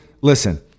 listen